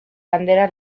bandera